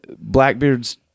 Blackbeard's